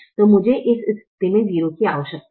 तो मुझे इस स्थिति में 0 की आवश्यकता है